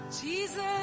Jesus